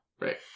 Right